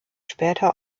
später